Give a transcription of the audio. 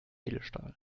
edelstahl